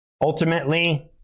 Ultimately